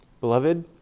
Beloved